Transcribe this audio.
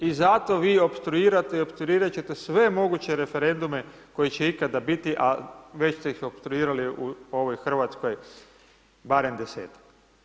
I zato vi opstruirate i opstruirate će te sve moguće referendume koji će ikada biti, a već ste ih opstruirali u ovoj Hrvatskoj, barem desetak.